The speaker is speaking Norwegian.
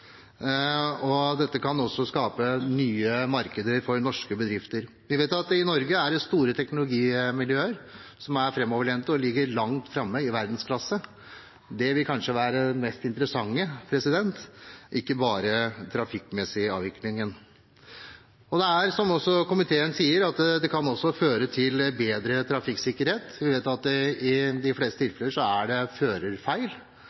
Dette kan også skape nye markeder for norske bedrifter. Vi vet at i Norge er det store teknologimiljøer som er framoverlente og ligger langt framme, i verdensklasse. Det vil kanskje være det mest interessante, ikke bare den trafikkmessige avviklingen. Det er slik, som også komiteen sier, at det også kan føre til bedre trafikksikkerhet. Vi vet at i de fleste